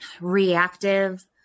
reactive